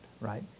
right